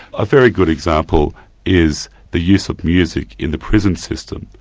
a very good example is the use of music in the prison system.